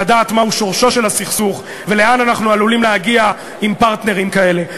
לדעת מהו שורשו של הסכסוך ולאן אנחנו עלולים להגיע עם פרטנרים כאלה.